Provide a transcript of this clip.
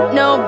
no